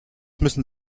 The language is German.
müssen